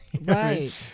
right